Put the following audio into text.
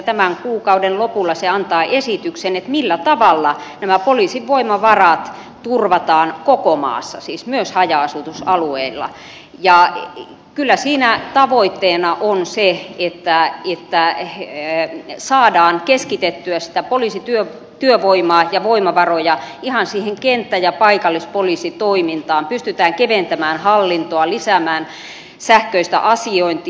tämän kuukauden lopulla se antaa esityksen millä tavalla nämä poliisin voimavarat turvataan koko maassa siis myös haja asutusalueilla ja kyllä siinä tavoitteena on se että saadaan keskitettyä sitä poliisityövoimaa ja voimavaroja ihan siihen kenttä ja paikallispoliisitoimintaan pystytään keventämään hallintoa lisäämään sähköistä asiointia